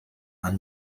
are